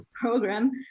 program